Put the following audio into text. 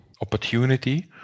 opportunity